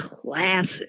classic